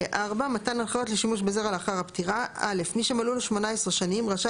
מתן הנחיות לשימוש בזרע לאחר פטירה 4. (א) מי שמלאו לו 18 שנים רשאי